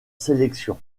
sélection